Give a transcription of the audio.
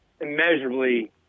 immeasurably